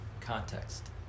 context